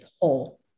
whole